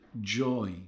joy